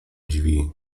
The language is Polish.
drzwi